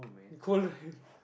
hold her hand